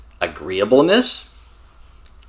agreeableness